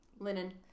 Linen